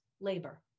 labor